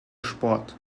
sport